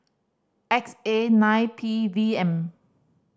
X A nine P V M